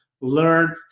Learn